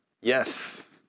Yes